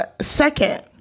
Second